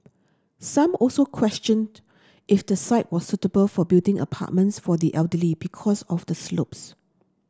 some also questioned if the site was suitable for building apartments for the elderly because of the slopes